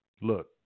look